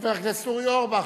חבר הכנסת אורי אורבך,